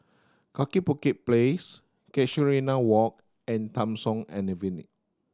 Kaki Bukit Place Casuarina Walk and Tham Soong